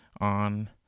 on